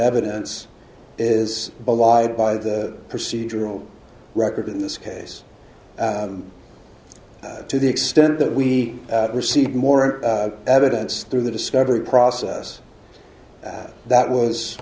evidence is a lie by the procedural record in this case to the extent that we received more evidence through the discovery process that that was